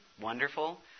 wonderful